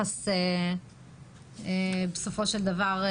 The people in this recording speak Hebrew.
התמחור שלהם בסופו של דבר?